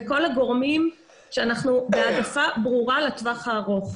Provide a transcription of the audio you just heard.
וכל הגורמים כאשר אנחנו בהעדפה ברורה לטווח הארוך.